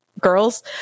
girls